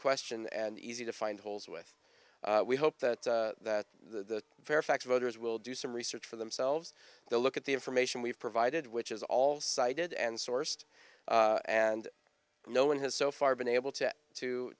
question and easy to find holes with we hope that the fairfax voters will do some research for themselves they'll look at the information we've provided which is all cited and sourced and no one has so far been able to to